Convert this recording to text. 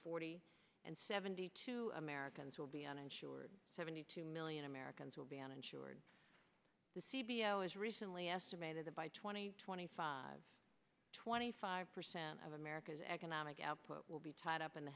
forty and seventy two americans will be uninsured seventy two million americans will be uninsured the c b l is recently estimated that by twenty twenty five twenty five percent of america's economic output will be tied up in the